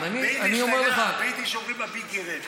ביידיש אומרים: אבי גערעדט,